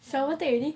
flower take already